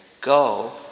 go